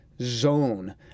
zone